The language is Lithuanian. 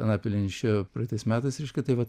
anapilin išėjo praeitais metais reiškia tai vat